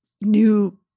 new